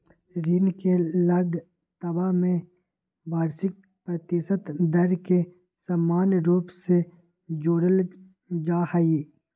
ऋण के लगतवा में वार्षिक प्रतिशत दर के समान रूप से जोडल जाहई